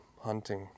hunting